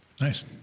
Nice